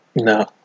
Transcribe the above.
No